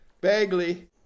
Bagley